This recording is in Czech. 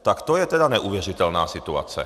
Tak to je teda neuvěřitelná situace.